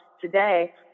today